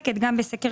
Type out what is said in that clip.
סקר